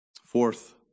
Fourth